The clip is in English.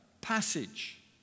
passage